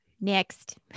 Next